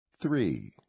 Three